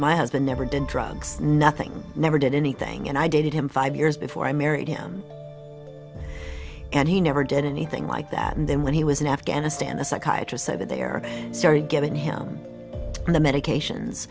my husband never did drugs nothing never did anything and i dated him five years before i married him and he never did anything like that and then when he was in afghanistan a psychiatrist over there started given him the medications